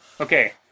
Okay